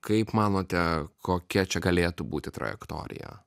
kaip manote kokia čia galėtų būti trajektorija